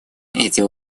эти